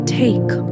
take